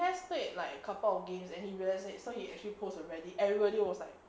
played a couple of games and he realise it so he actually post a reddit everybody was like